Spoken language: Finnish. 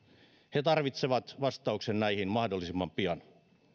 he tarvitsevat vastauksen näihin mahdollisimman pian